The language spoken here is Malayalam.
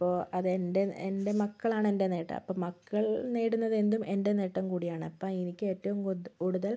അപ്പോൾ അത് എൻ്റെ എൻ്റെ മക്കളാണ് എൻ്റെ നേട്ടം അപ്പം മക്കൾ നേടുന്നത് എന്തും എൻ്റെ നേട്ടം കൂടിയാണ് അപ്പം എനിക്കേറ്റവും കൂത് കൂടുതൽ